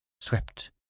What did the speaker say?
swept